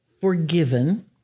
forgiven